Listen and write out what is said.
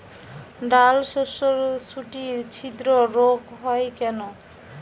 ডালশস্যর শুটি ছিদ্র রোগ হয় কেন?